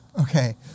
Okay